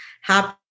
happy